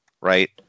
right